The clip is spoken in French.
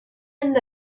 ends